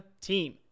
team